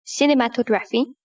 cinematography